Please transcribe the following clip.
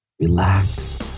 Relax